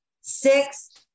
six